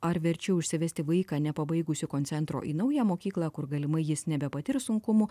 ar verčiau išsivesti vaiką nepabaigusį koncentro į naują mokyklą kur galimai jis nebepatirs sunkumų